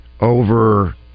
over